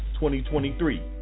2023